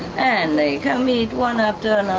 and they come eat, one after